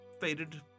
faded